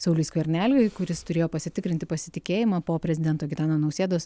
sauliui skverneliui kuris turėjo pasitikrinti pasitikėjimą po prezidento gitano nausėdos